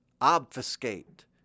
Obfuscate